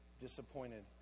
disappointed